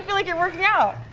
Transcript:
like you're working out.